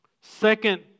Second